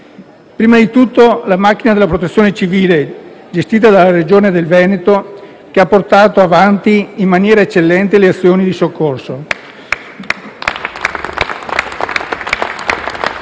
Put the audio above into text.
Prima di tutto, la macchina della Protezione civile, gestita dalla Regione Veneto, ha portato avanti in maniera eccellente le azioni di soccorso *(Applausi